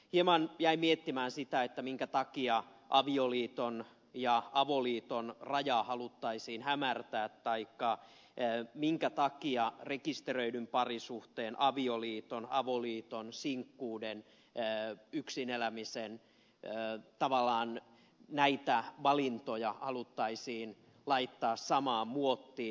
hieman jäin miettimään sitä minkä takia avioliiton ja avoliiton rajaa haluttaisiin hämärtää taikka minkä takia rekisteröity parisuhde avioliitto avoliitto sinkkuus yksin eläminen tavallaan näitä valintoja haluttaisiin laittaa samaan muottiin